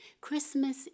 Christmas